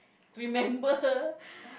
remember